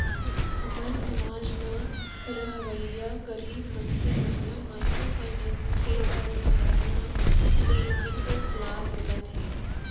हमर समाज म रहवइया गरीब मनसे मन ल माइक्रो फाइनेंस के अवधारना ले बिकट लाभ मिलत हे